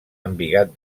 embigat